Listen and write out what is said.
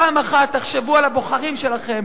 פעם אחת תחשבו על הבוחרים שלכם,